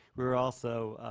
we're also